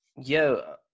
yo